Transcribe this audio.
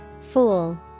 Fool